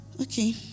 okay